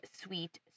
sweet